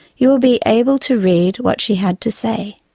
you will be able to read what she had to say.